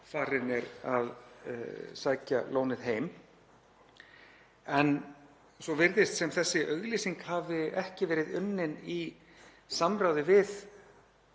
farinn er að sækja lónið heim. En svo virðist sem þessi auglýsing hafi ekki verið unnin í samráði við